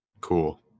Cool